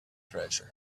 treasure